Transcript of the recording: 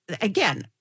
again